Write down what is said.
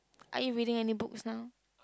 are you reading any books now